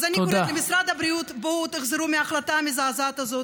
אז אני קוראת למשרד הבריאות: בואו תחזרו בכם מההחלטה המזעזעת הזאת.